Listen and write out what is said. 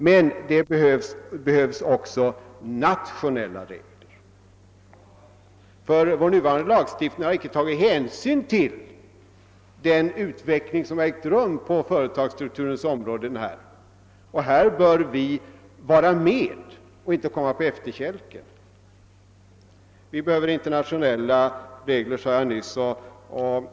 Men det behövs också nationella regler. Vår nuvarande lagstiftning har nämligen icke tagit hänsyn till den utveckling som har ägt rum på företagsstrukturens område, och här bör vi se till att vi inte kommer på efterkälken. Vi behöver internationella regler, sade jag nyss.